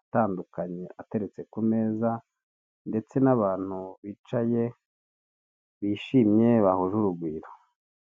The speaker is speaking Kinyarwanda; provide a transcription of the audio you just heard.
atandukanye ateretse ku meza ndetse n'abantu bicaye bigimye, bahuje urugwiro.